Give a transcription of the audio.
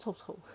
臭臭